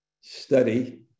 study